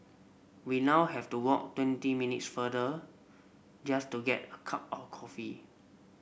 we now have to walk twenty minutes farther just to get a cup of coffee